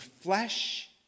flesh